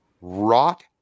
rot